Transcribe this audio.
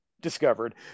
discovered